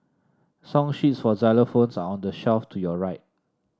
song sheets for xylophones are on the shelf to your right